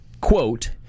Quote